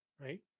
Right